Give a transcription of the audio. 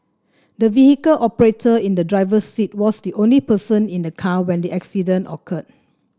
the vehicle operator in the driver's seat was the only person in the car when the accident occurred